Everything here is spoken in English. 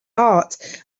heart